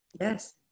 Yes